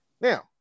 Now